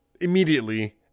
Immediately